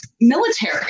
military